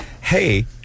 hey